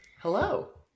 Hello